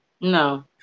no